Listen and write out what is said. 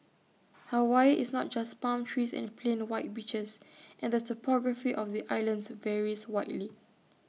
Hawaii is not just palm trees and plain white beaches and the topography of the islands varies widely